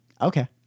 Okay